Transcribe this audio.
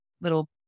little